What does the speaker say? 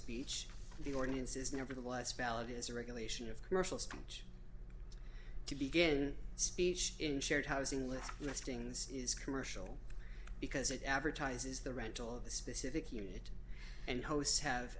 speech the ordinance is nevertheless valid as a regulation of commercial speech to begin speech in shared housing list listings is commercial because it advertises the rental of a specific unit and hosts have